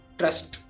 trust